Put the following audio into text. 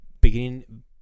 Beginning